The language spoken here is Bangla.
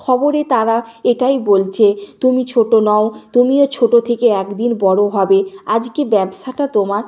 খবরে তারা এটাই বলছে তুমি ছোটো নও তুমিও ছোটো থেকে এক দিন বড় হবে আজকে ব্যবসাটা তোমার